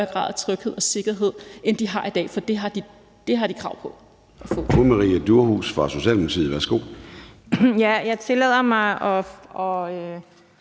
grad af tryghed og sikkerhed, end de har i dag, for det har de krav på.